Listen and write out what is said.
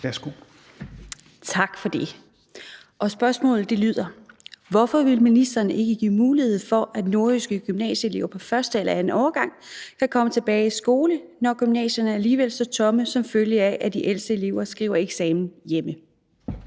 (V): Tak for det. Spørgsmålet lyder: Hvorfor vil ministeren ikke give mulighed for, at nordjyske gymnasieelever på 1. eller 2. årgang kan komme tilbage i skole, når gymnasierne alligevel står tomme som følge af, at de ældste elever skriver eksamen hjemme?